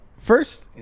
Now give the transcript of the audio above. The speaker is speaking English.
First